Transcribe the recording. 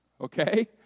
okay